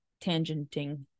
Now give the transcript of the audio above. Tangenting